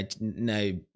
no